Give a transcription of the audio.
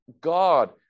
God